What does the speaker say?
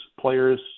players